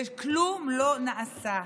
וכלום לא נעשה.